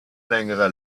längere